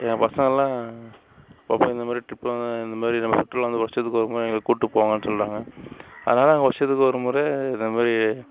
என் பசங்கெல்லாம் அப்பா அப்பா இந்த மாதிரி ட்ரிப்பு இந்த மாதிரி நம்ம சுற்றுலாங்க வருஷத்துக்கு ஒரு முறை எங்களை கூட்டு போங்கன்னு சொல்கிறாங்க அதனால் நாங்கள் வருஷத்துக்கு ஒரு முறை இந்த மாதிரி